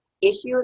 issues